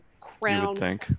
crown